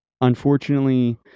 unfortunately